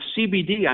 CBD